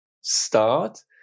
start